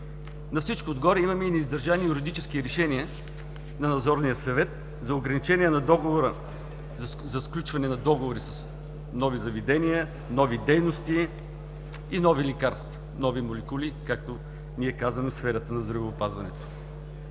На всичко отгоре имаме и неиздържани юридически решения на Надзорния съвет за ограничение на сключване на договори с нови заведения, нови дейности и нови лекарства, нови молекули, както ние казваме в сферата на здравеопазването.